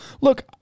look